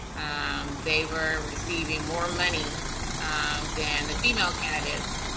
um they were receiving more money than the female candidates.